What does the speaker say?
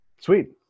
Sweet